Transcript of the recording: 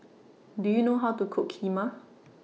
Do YOU know How to Cook Kheema